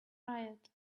riot